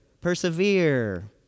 Persevere